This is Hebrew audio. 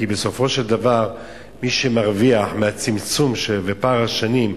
כי בסופו של דבר מי שמרוויח מהצמצום ופער השנים,